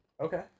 Okay